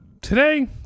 today